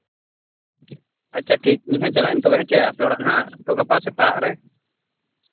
ᱟᱪᱪᱷᱟ ᱴᱷᱤᱠ ᱤᱧᱦᱚᱸ ᱪᱟᱞᱟᱜ ᱟᱹᱧ ᱛᱚᱵᱮ ᱦᱮᱸᱥᱮ ᱟᱯᱮ ᱚᱲᱟᱜ ᱦᱟᱸᱜ ᱜᱟᱯᱟ ᱥᱮᱛᱟᱜ ᱨᱮ